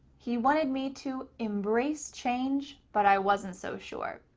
he wanted me to embrace change, but i wasn't so sure.